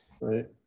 Right